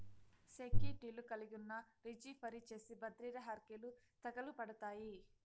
సెక్యూర్టీలు కలిగున్నా, రిజీ ఫరీ చేసి బద్రిర హర్కెలు దకలుపడతాయి